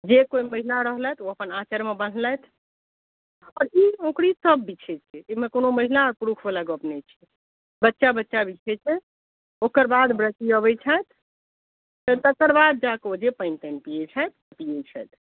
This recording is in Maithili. जे कोइ महिला रहलथि ओ अपन आँचरमे बन्हलथि ई अँकुरी सब बिछै छै ओहिमे कोनो महिला पुरुखवला गप नहि छै बच्चा बच्चा बिछै छै ओकर बाद व्रती अबै छथि से तकर बाद जाकऽ ओ पानि तानि पिए छथि